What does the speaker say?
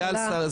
זה על שרים.